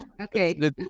Okay